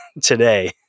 today